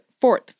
fourth